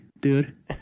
Dude